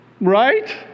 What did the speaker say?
Right